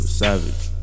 savage